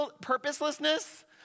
purposelessness